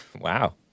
Wow